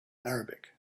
arabic